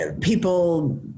people